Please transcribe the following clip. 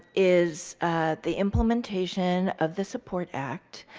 is the implementation of the support act.